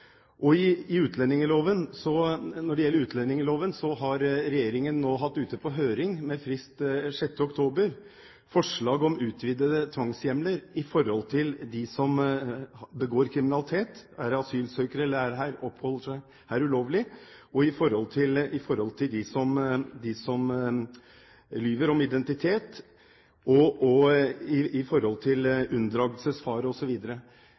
Når det gjelder utlendingsloven, har regjeringen nå hatt ute på høring med frist den 6. oktober forslag om utvidede tvangshjemler for dem som begår kriminalitet og er asylsøkere eller oppholder seg her ulovlig, og for dem som lyver om identitet, og ved unndragelsesfare, osv. Det er foreslått en rekke tiltak som skal innskjerpe redskapene våre når det gjelder frihetsberøvelse for dem som misbruker asylinstituttet til kriminalitet og